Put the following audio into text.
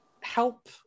help